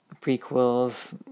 prequels